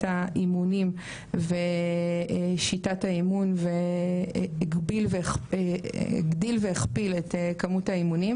האימונים ושיטת האימון והגדיל והכפיל את כמות האימונים,